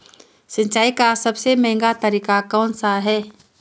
सिंचाई का सबसे महंगा तरीका कौन सा है?